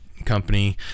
Company